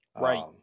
Right